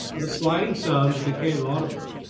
but a sliding sound became audible.